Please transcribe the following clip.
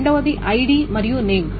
రెండవది ఐడి మరియు నేమ్